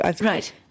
right